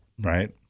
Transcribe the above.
right